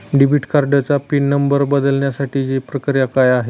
Debit कार्डचा PIN number बदलण्यासाठीची प्रक्रिया काय आहे?